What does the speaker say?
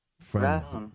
Friends